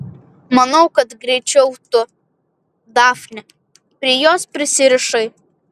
manau kad greičiau tu dafne prie jos prisirišai